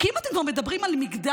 כי אם אתם כבר מדברים על מגדר,